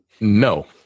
No